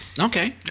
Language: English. Okay